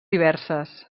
diverses